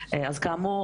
כאמור,